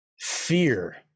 fear